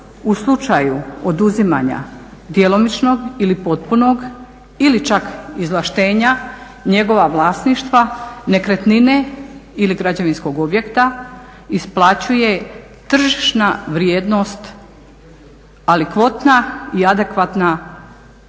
u slučaju oduzimanja djelomičnog ili potpunog ili čak izvlaštenja njegova vlasništva nekretnine ili građevinskog objekta isplaćuje tržišna vrijednost alikvotna i adekvatna predmetu